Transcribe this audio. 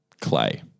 Clay